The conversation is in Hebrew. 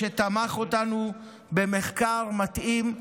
שתמך אותנו במחקר מתאים,